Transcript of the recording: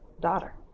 daughter